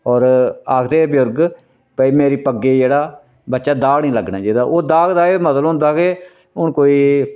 होर आखदे बजुर्ग भाई मेरी पग्गे गी जेह्ड़ा बच्चा दाग नी लग्गना चाहिदा ओह् दाग दा एह् मतलब होंदा के हून कोई